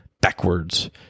backwards